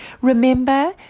Remember